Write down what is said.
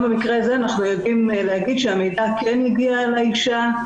גם במקרה זה אנחנו יודעים להגיד שהמידע כן הגיע לאשה,